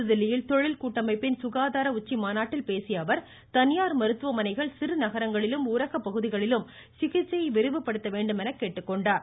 புதுதில்லியில் தொழில்கூட்டமைப்பின் சுகாதார உச்சிமாநாட்டில் பேசிய அவர் தனியார் மருத்துவமனைகள் சிறு நகரங்களிலும் ஊரக பகுதிகளிலும் சிகிச்சையை விரிவுபடுத்த கேட்டுக்கொண்டார்